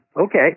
Okay